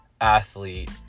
athlete